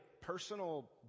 personal